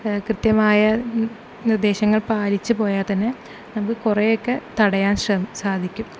കൃത്യമായ നിർദേശങ്ങൾ പാലിച്ചു പോയാൽ തന്നെ നമുക്ക് കുറെയൊക്കെ തടയാൻ സാധിക്കും